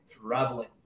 traveling